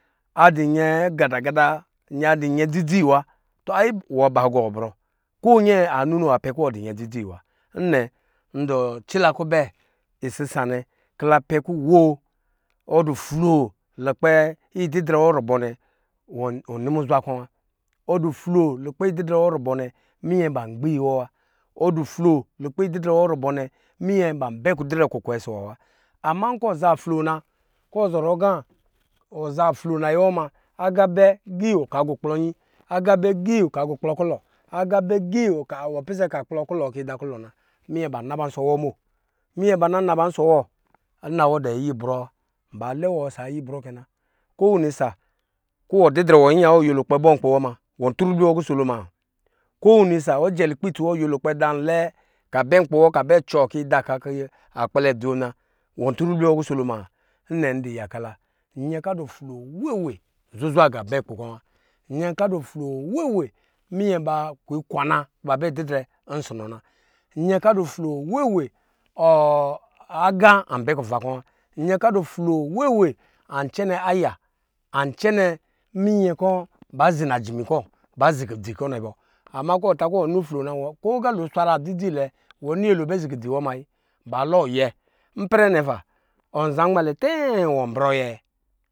Adi nyɛ ga da gadaa, adinyɛ dzidzi wa tɔ ayi ba gɔ brɔ ko nyɛ a nino apɛ kiwɔ dɔ nyɛ dzi dzi wa nnɛ idɔ̄ cila kubɛ isisa nɛ kila pɛ kɔ̄ nwo, odi floo lukpɛ ididrɛ wo rubɔ̄ nwanɛ ɔni muzwa kɔ̄ wa ɔdu floo lukpa wɔ rubɔ̄ minyɛ ba gbi wɔ wa, ɔdi floo lukpɛ ididrɛ nə, rubɔ̄ nɛ minyɛ ba bɛ kukwe siwɔ wa, ama kɔ̄ za floo na kɔ̄ zɔrɔ ga wɔ za floo na yɛ wo ma aga bɛ gi ɔ gukplɔ yi, aga bɛ gi ɨkagukplɔ kulɔ, aga bɛ gi ɔ pisɛ ka kplɔ kulɔ kiyi da kulɔ na minyɛ ba naba nsɔ wɔ mo, minyɛ ba na na ba nsɔ wɔ ina wɔdo yi brɔwo ba lɛwɔ sɔ yibrɔ ke na ko wini sa kɔ̄ wididrɛ yɔ nyiyawɔ, wɔ̄ turibliwɔ kuso lo ma, ko wini sa ɔjɛ lukpɛ isi wɔ yolɛ kpɛ da nlɛ kabɛ nkpi ka bɛ cɔ kiyi da ka ki akpɛlɛ dza ma, wɔ turibli wo kusolo ma? Nnɛ ndi yakala, nyɛ ka dufloo we we zuzwa ga bɛ nkpi kɔ̄ wa, myɛ kadu floo we we minyɛ ba kwikwana kɔ̄ ba bɛ diden nsunɔ na, nyɛ ka duflo we, we aga an bɛ kuva kɔ̄ wa, nyɛ ka fuloo we we an cɛnɛ aya an cɛene minyɛ kɔ̄ ba zina ji mi kɔ̄ ba zikudzi kɔ̄ nɛ bo, ama nkɔ̄ ta kɔ̄ wɔni floo na kɔ ga la dzi dzi lɛ nkpi wɔ, ipɛlɛ nɛ, wɔ zanmalɛ tɛɛ